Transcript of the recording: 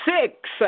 six